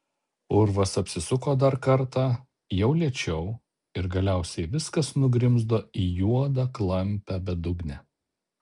urvas apsisuko dar kartą jau lėčiau ir galiausiai viskas nugrimzdo į juodą klampią bedugnę